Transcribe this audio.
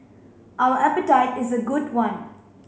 our appetite is a good one